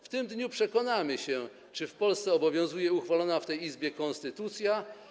W tym dniu przekonamy się, czy w Polsce obowiązuje uchwalona w tej Izbie konstytucja.